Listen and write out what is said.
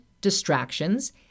distractions